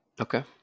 Okay